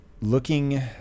looking